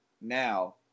now